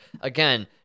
again